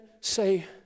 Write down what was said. say